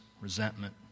resentment